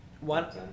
One